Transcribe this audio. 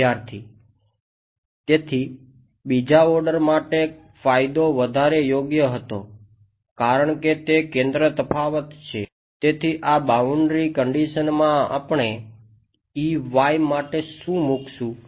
વિદ્યાર્થી તેથી બીજા ઓર્ડર કંડીશનમાં આપણે માટે શું મૂકશું